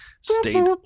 State